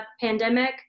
pandemic